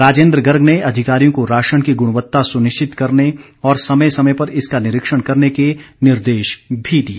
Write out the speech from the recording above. राजेंद्र गर्ग ने अधिकारियों को राशन की गुणवत्ता सुनिश्चित करने और समय समय पर इसका निरीक्षण करने के निर्देश भी दिए